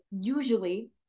usually